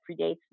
predates